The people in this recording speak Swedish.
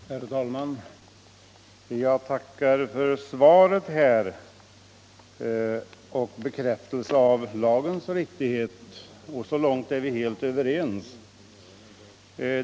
Herr talman! Jag tackar för svaret och bekräftelsen av lagens riktighet. Så långt är vi helt överens.